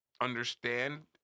understand